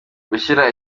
gushyira